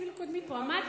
אפילו קודמי פה עמד,